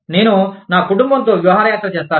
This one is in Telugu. నేను నా కుటుంబంతో విహారయాత్ర చేస్తాను